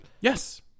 Yes